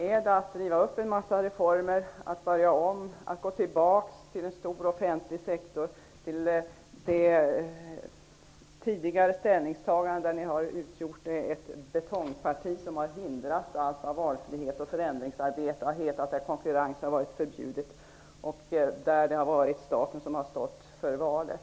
Är det att riva upp en massa reformer, att börja om, att gå tillbaka till en stor offentlig sektor, till era tidigare ställningstaganden, från den tid då ni utgjorde ett betongparti som hindrade allt vad valfrihet och förändringsarbete hette, då konkurrens var något förbjudet och då staten stod för valet?